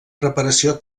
preparació